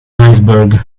iceberg